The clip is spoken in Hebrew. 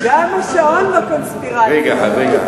גם השעון בקונספירציה.